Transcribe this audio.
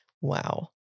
Wow